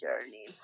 journey